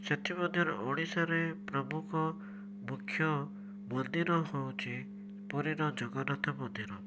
ସେଥିମଧ୍ୟରୁ ଓଡ଼ିଶାରେ ପ୍ରମୁଖ ମୁଖ୍ୟ ମନ୍ଦିର ହେଉଛି ପୁରୀର ଜଗନ୍ନାଥ ମନ୍ଦିର